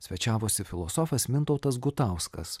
svečiavosi filosofas mintautas gutauskas